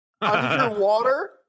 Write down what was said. Underwater